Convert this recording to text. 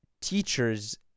teachers